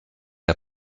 der